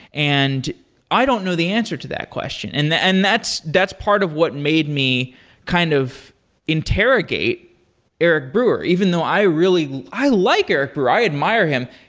and i don't know the answer to that question. and and that's that's part of what made me kind of interrogate eric brewer, even though i really i like eric brewer. i admire him.